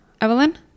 Evelyn